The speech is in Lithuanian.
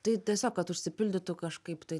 tai tiesiog kad užsipildytų kažkaip tai